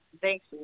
Thanks